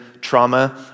trauma